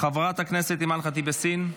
חברת הכנסת אימאן ח'טיב יאסין,